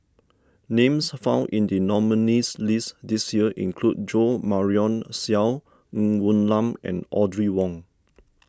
names found in the nominees' list this year include Jo Marion Seow Ng Woon Lam and Audrey Wong